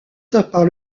par